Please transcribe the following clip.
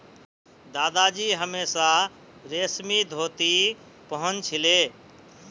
दादाजी हमेशा रेशमी धोती पह न छिले